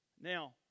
Now